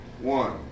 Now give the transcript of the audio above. one